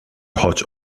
choć